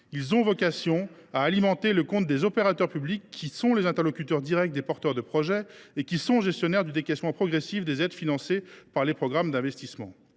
Ils doivent alimenter le compte des opérateurs publics qui sont les interlocuteurs directs des porteurs de projet et qui sont gestionnaires du décaissement progressif des aides financées par les programmes d’investissements.